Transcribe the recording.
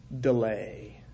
delay